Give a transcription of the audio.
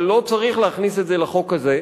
אבל לא צריך להכניס את זה לחוק הזה.